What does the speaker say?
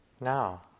now